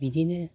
बिदियैनो